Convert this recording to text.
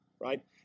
right